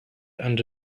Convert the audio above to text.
and